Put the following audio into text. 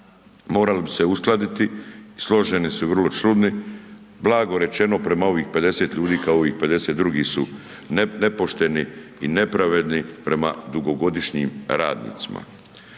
morali bi se uskladiti i složeni su vrlo čudni, blago rečeno, prema ovih 50 ljudi kao i 50 drugih su nepošteni i nepravedni prema dugogodišnjim radnicima.